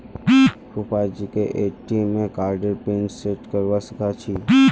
फूफाजीके ए.टी.एम कार्डेर PIN set करवा सीखा छि